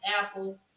Apple